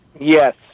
Yes